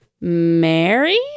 Mary